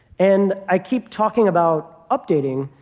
and i keep talking about updating.